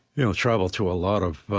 you know, travel to a lot of